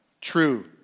true